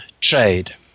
trade